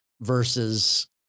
versus